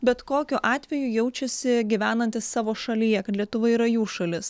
bet kokiu atveju jaučiasi gyvenantys savo šalyje kad lietuva yra jų šalis